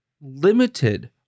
limited